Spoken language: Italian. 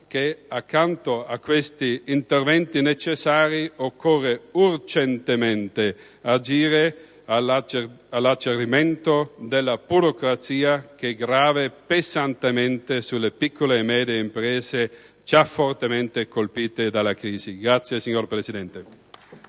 che accanto a questi interventi necessari occorre urgentemente agire per l'alleggerimento della burocrazia, che grava pesantemente sulle piccole e medie imprese, già fortemente colpite dalla crisi. *(Applausi dai